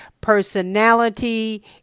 personality